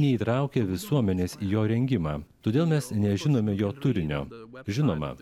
neįtraukė visuomenės jo rengimą todėl mes nežinome jo turinio žinoma